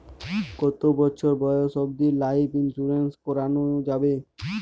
কতো বছর বয়স অব্দি লাইফ ইন্সুরেন্স করানো যাবে?